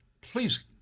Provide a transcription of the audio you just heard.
please